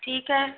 ठीक है